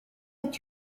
est